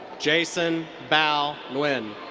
jason bao nguyen.